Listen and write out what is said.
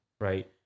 Right